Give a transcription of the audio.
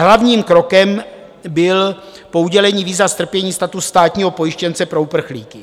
Hlavním krokem byl po udělení víza strpění status státního pojištěnce pro uprchlíky.